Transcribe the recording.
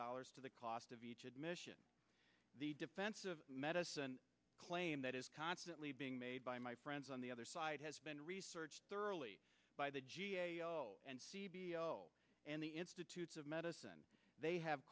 dollars to the cost of each admission the defensive medicine claim that is constantly being made by my friends on the other side has been researched thoroughly by the g a o and the institutes of medicine they have